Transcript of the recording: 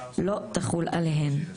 לא תחול עליהן.".